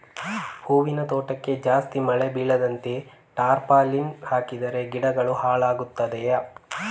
ಹೂವಿನ ತೋಟಕ್ಕೆ ಜಾಸ್ತಿ ಮಳೆ ಬೀಳದಂತೆ ಟಾರ್ಪಾಲಿನ್ ಹಾಕಿದರೆ ಗಿಡಗಳು ಹಾಳಾಗುತ್ತದೆಯಾ?